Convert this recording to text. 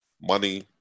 money